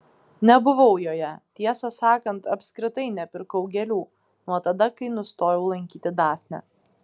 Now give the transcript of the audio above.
nebuvau joje tiesą sakant apskritai nepirkau gėlių nuo tada kai nustojau lankyti dafnę